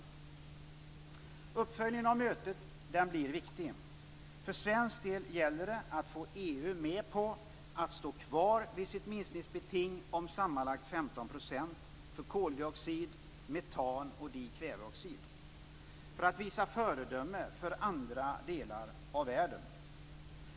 Uppföljningen av mötet blir viktig. För svensk del gäller det att få EU med på att stå kvar vid sitt minskningsbeting om sammanlagt 15 % för koldioxid, metan och dikväveoxid för att visa föredöme för andra delar av världen.